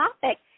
topic